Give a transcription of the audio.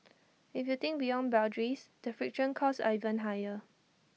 if you think beyond boundaries the friction costs are even higher